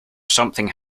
something